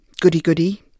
Goody-goody